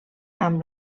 amb